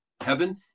heaven